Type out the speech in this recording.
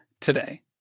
today